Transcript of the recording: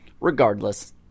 regardless